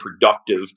productive